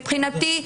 מבחינתי,